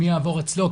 מי יעבור אצלו,